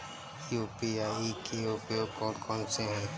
UPI के उपयोग कौन कौन से हैं?